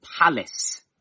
palace